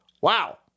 Wow